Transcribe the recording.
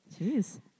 Jeez